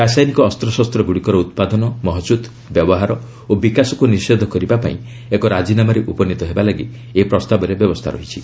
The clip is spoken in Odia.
ରାସାୟନିକ ଅସ୍ତ୍ରଶସ୍ତ୍ରଗୁଡ଼ିକର ଉତ୍ପାଦନ ମହଜୁଦ ବ୍ୟବହାର ଓ ବିକାଶକୁ ନିଷେଧ କରିବା ପାଇଁ ଏକ ରାଜିନାମାରେ ଉପନୀତ ହେବା ଲାଗି ଏହି ପ୍ରସ୍ତାବରେ ବ୍ୟବସ୍ଥା ରହିଛି